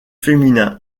féminin